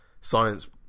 science